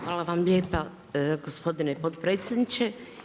Hvala vam lijepa gospodine potpredsjedniče.